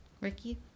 Ricky